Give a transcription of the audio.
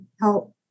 help